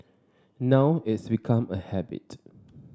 now it's become a habit